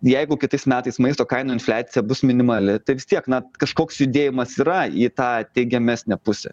jeigu kitais metais maisto kainų infliacija bus minimali tai vis tiek na kažkoks judėjimas yra į tą teigiamesnę pusę